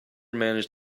managed